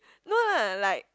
no lah like